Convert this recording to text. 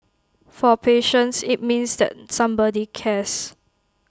for patients IT means that somebody cares